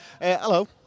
Hello